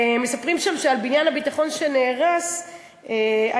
מספרים שם שעל בניין הביטחון שנהרס השאירו,